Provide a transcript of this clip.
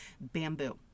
bamboo